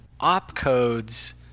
opcodes